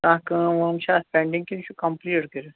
کانٛہہ کٲم وٲم چھا اَتھ پٮ۪نٛڈِنٛگ کِنہٕ یہِ چھُ کَمپُلیٖٹ کٔرِتھ